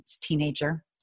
teenager